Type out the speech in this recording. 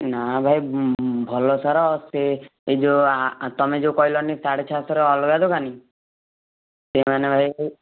ନା ଭାଇ ଭଲ ସାର ସେ ଯୋଉ ତମେ ଯୋଉ କହିଲନି ସାଢ଼େ ଛଅଶହରେ ଅଲଗା ଦୋକାନୀ ସେମାନେ ଭାଇ